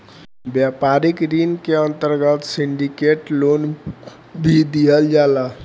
व्यापारिक ऋण के अंतर्गत सिंडिकेट लोन भी दीहल जाता